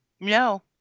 No